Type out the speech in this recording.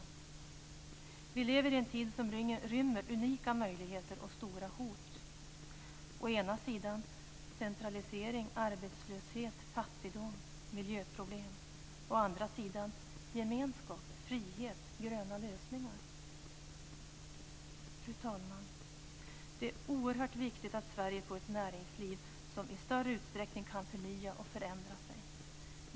Vi lever i en tid som rymmer unika möjligheter och stora hot: å ena sidan centralisering, arbetslöshet, fattigdom och miljöproblem och å andra sidan gemenskap, frihet och gröna lösningar. Fru talman! Det är oerhört viktigt att Sverige får ett näringsliv som i större utsträckning kan förnya och förändra sig.